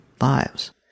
lives